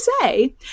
say